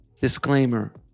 Disclaimer